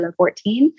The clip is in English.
2014